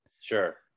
sure